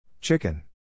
Chicken